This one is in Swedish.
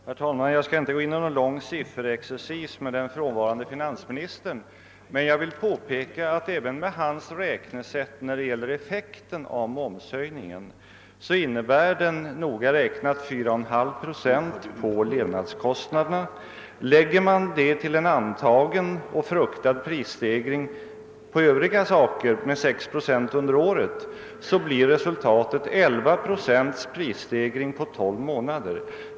Herr talman! Jag skall här inte ge mig in på någon längre sifferexercis med finansministern, men jag vill påpeka att även med hans räknesätt blir effekten av momshöjningen noga räknat 4,55 procent på levnadskostnaderna. Om man härtill lägger en antagen och fruktad 6-procentig prisstegring under året, blir resultatet 11 procents prisstegring på 12 månader.